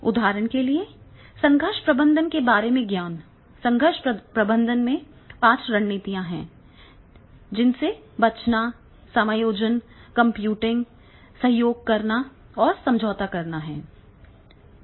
उदाहरण के लिए संघर्ष प्रबंधन के बारे में ज्ञान संघर्ष प्रबंधन में पाँच रणनीतियाँ हैं जिनसे बचना समायोजन कंप्यूटिंग सहयोग करना और समझौता करना है